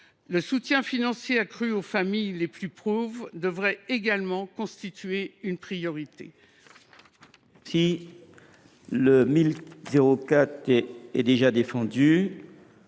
Le soutien financier accru aux familles les plus pauvres devrait également constituer une priorité. La parole est à Mme